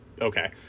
okay